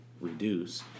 reduce